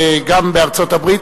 וגם ארצות-הברית,